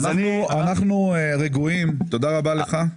תעשו את זה כמו שצריך.